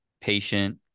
patient